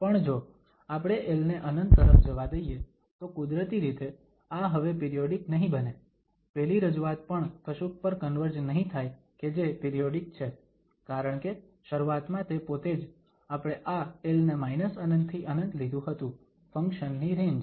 પણ જો આપણે l ને ∞ તરફ જવા દઈએ તો કુદરતી રીતે આ હવે પિરિયોડીક નહીં બને પેલી રજૂઆત પણ કશુંક પર કન્વર્જ નહીં થાય કે જે પિરિયોડીક છે કારણકે શરૂઆતમાં તે પોતે જ આપણે આ l ને −∞ થી ∞ લીધું હતું ફંક્શન ની રેન્જ